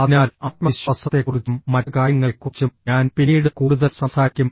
അതിനാൽ ആത്മവിശ്വാസത്തെക്കുറിച്ചും മറ്റ് കാര്യങ്ങളെക്കുറിച്ചും ഞാൻ പിന്നീട് കൂടുതൽ സംസാരിക്കും